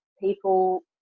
People